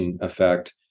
effect